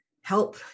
help